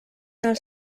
els